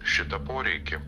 šitą poreikį